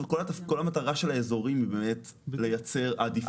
כל המטרה של האזורים היא לייצר עדיפות.